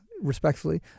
respectfully